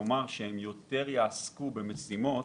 כלומר, שהן תעסוקנה במשימות